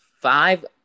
five